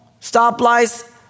stoplights